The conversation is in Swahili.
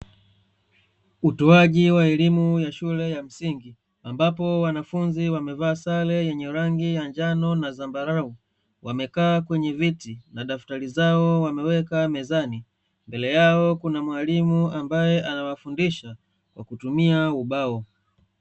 Utoaji wa elimu ya shule ya msingi, ambapo wanafunzi wamevaa sare yenye rangi ya njano na zambarau. Wamekaa kwenye viti na daftari zao wameweka mezani, mbele yao kuna mwalimu ambaye anawafundisha kwa kutumia ubao.